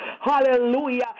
hallelujah